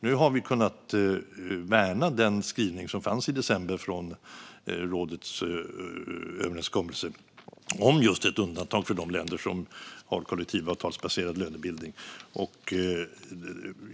Nu har vi kunnat värna den skrivning som fanns i december från rådets överenskommelse om ett undantag för de länder som har kollektivavtalsbaserad lönebildning.